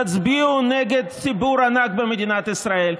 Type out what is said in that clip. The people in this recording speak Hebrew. תצביעו נגד ציבור ענק במדינת ישראל,